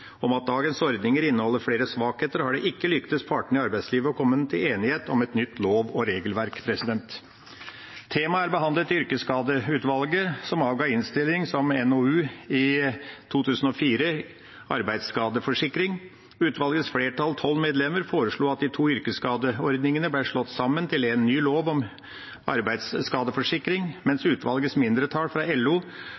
om at dagens ordninger inneholder flere svakheter, har det ikke lyktes partene i arbeidslivet å komme til enighet om et nytt lov- og regelverk. Temaet er behandlet i Yrkesskadeutvalget, som avga innstilling som NOU i 2004, Arbeidsskadeforsikring. Utvalgets flertall, tolv medlemmer, foreslo at de to yrkesskadeordningene ble slått sammen til en ny lov om arbeidsskadeforsikring, mens